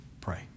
Pray